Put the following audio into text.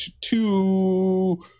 two